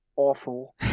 Awful